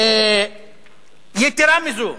יתירה מזו,